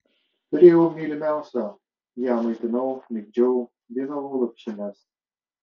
turėjau mylimiausią ją maitinau migdžiau dainavau lopšines